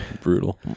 Brutal